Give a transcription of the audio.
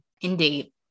indeed